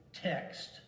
text